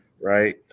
right